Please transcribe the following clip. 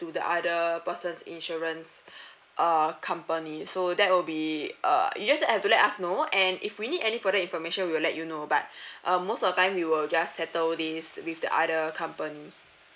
to the other person's insurance err company so that will be err you just have to let us know and if we need any further information we will let you know but uh most of time we will just settle this with the other company